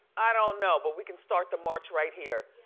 i don't know, but we can start the march right here.